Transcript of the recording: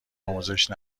آموزش